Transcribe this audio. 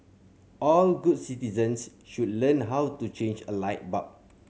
all good citizens should learn how to change a light bulb